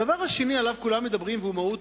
הדבר השני, שעליו כולם מדברים, והוא מהות